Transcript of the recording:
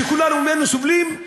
שכולנו סובלים ממנו?